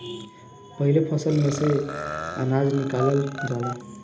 पाहिले फसल में से अनाज निकालल जाला